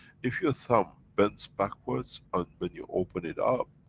if your thumb bends backwards on when you open it up,